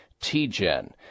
T-Gen